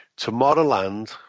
Tomorrowland